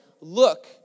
look